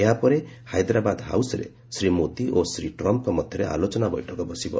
ଏହା ପରେ ପରେ ହାଇଦ୍ରାବାଦ ହାଉସ୍ରେ ଶ୍ରୀ ମୋଦି ଓ ଶ୍ରୀ ଟ୍ରମ୍ପ୍ଙ୍କ ମଧ୍ୟରେ ଆଲୋଚନା ବୈଠକ ବସିବ